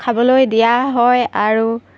খাবলৈ দিয়া হয় আৰু